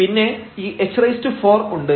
പിന്നെ ഈ h4 ഉണ്ട്